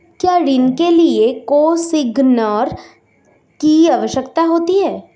क्या ऋण के लिए कोसिग्नर की आवश्यकता होती है?